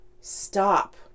Stop